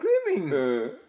screaming